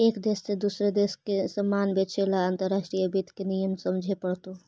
एक देश से दूसरे देश में सामान बेचे ला अंतर्राष्ट्रीय वित्त के नियम समझे पड़तो